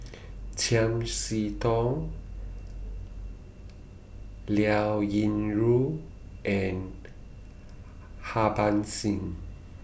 Chiam See Tong Liao Yingru and Harbans Singh